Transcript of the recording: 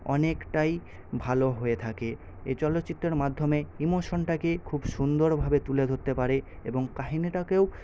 অনেকটাই ভালো হয়ে থাকে এই চলচ্চিত্রের মাধ্যমে ইমোশনটাকে খুব সুন্দরভাবে তুলে ধরতে পারে এবং কাহিনীটাকেও